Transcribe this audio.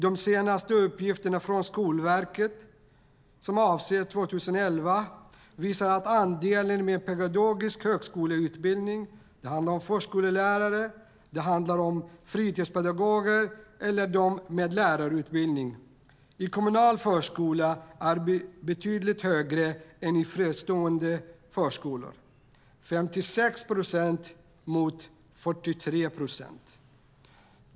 De senaste uppgifterna från Skolverket, som avser 2011, visar att andelen med pedagogisk högskoleutbildning - förskollärare, fritidspedagoger och de med lärarutbildning - i kommunal förskola är betydligt högre än i fristående förskolor, 56 procent mot 43 procent.